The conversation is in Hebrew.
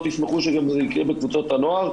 ישמחו שזה יקרה גם בקבוצות הנוער,